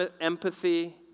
empathy